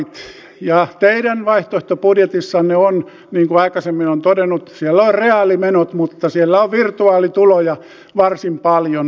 teidän vaihtoehtobudjetissanne on niin kuin aikaisemmin olen todennut reaalimenot mutta siellä on virtuaalituloja varsin paljon